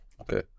Okay